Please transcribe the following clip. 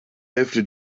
hälfte